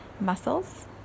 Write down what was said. muscles